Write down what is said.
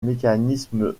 mécanismes